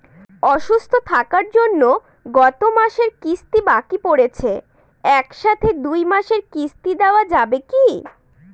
অসুস্থ থাকার জন্য গত মাসের কিস্তি বাকি পরেছে এক সাথে দুই মাসের কিস্তি দেওয়া যাবে কি?